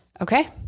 okay